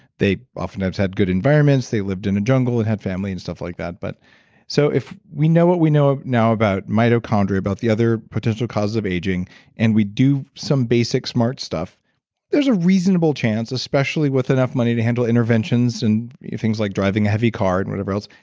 they oftentimes had good environments, they lived in a jungle and had family and stuff like that. but so if we know what we know now about mitochondria, about the other potential causes of aging and we do some basic smart stuff there's a reasonable chance, especially with enough money to handle interventions and things like driving a heavy car and whatever else,